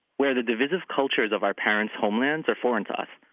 where the divisive cultures of our parents' homelands are foreign to us.